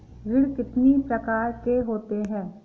ऋण कितनी प्रकार के होते हैं?